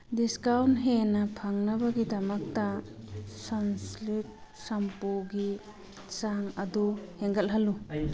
discount ꯍꯦꯟꯅ ꯐꯪꯅꯕꯒꯤꯗꯃꯛꯇ ꯁꯟꯁꯂꯤꯠ ꯁꯝꯄꯨꯒꯤ ꯆꯥꯡ ꯑꯗꯨ ꯍꯦꯟꯒꯠꯍꯜꯂꯨ